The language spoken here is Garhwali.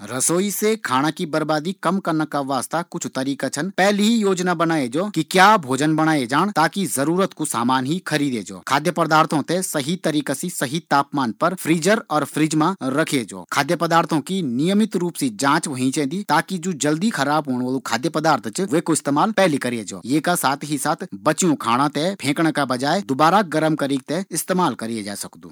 रसोई से खाना की बर्बादी ते कम कन्ना का वास्ता कुछ तरीका छन, पैली ई योजना बनाये जौ कि क्या भोजन बणोंन ताकि दूकान से हमसिर्फ़ वे ही समान ते ल्यों, खाद्य पदार्थो ते सही तरीका सी फ्रिजर और फ्रिज मा रखये जौ, जु सामान पैली खराब होण वालू च वैते पैली ही बनाये जौ। बासी खाना ते दुबारा गर्म करिक उपयोग मा लाये जौ